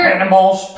animals